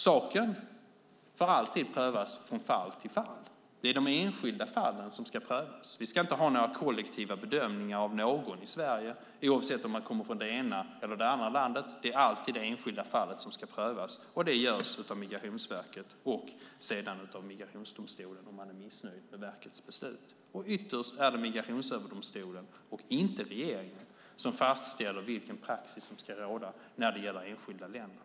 Saken får alltid prövas från fall till fall. Det är de enskilda fallen som ska prövas. Vi ska inte ha några kollektiva bedömningar av någon i Sverige, oavsett om man kommer från det ena eller det andra landet. Det är alltid det enskilda fallet som ska prövas, och det görs av Migrationsverket och sedan av migrationsdomstolen om man är missnöjd med verkets beslut. Ytterst är det Migrationsöverdomstolen och inte regeringen som fastställer vilken praxis som ska råda när det gäller enskilda länder.